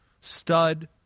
stud